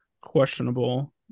questionable